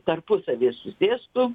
tarpusavyje susėstų